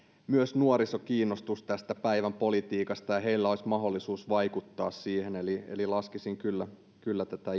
myös nuoriso kiinnostuisi päivänpolitiikasta ja heillä olisi mahdollisuus vaikuttaa siihen eli eli laskisin kyllä kyllä tätä